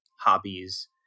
hobbies